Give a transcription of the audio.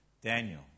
Daniel